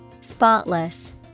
Spotless